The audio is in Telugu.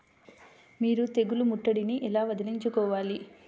మీరు తెగులు ముట్టడిని ఎలా వదిలించుకోవాలి?